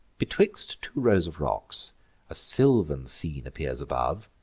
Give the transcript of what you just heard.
betwixt two rows of rocks a sylvan scene appears above,